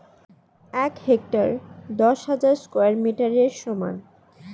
এক হেক্টার দশ হাজার স্কয়ার মিটারের সমান